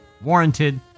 warranted